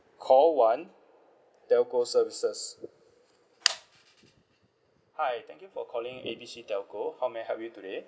call one telco services hi thank you for calling A B C telco how may I help you today